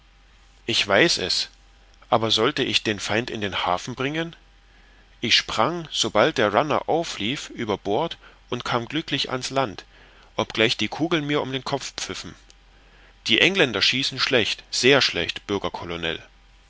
ich weiß es aber sollte ich den feind in den hafen bringen ich sprang sobald der runner auflief über bord und kam glücklich an's land obgleich die kugeln mir um den kopf pfiffen die engländer schießen schlecht sehr schlecht